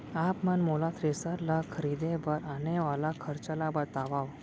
आप मन मोला थ्रेसर ल खरीदे बर आने वाला खरचा ल बतावव?